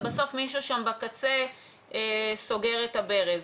ובסוף מישהו שם בקצה סוגר את הברז.